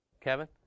kevin